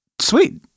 sweet